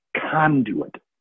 conduit